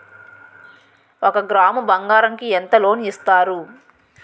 ఒక గ్రాము బంగారం కి ఎంత లోన్ ఇస్తారు?